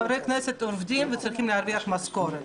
חברי כנסת עובדים וצריכים להרוויח משכורת.